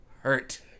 hurt